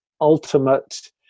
ultimate